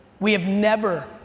we have never,